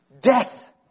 death